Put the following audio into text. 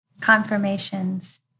Confirmations